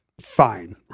fine